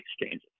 exchanges